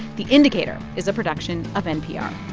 the indicator is a production of npr